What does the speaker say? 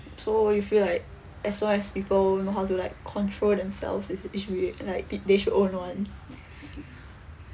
so you feel like as long as people know how to like control themselves it's it should be like be they should own one